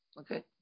Okay